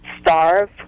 starve